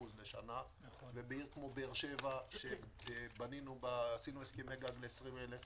בשנה ובעיר כמו באר שבע שעשינו הסכמי גג ל-20,000,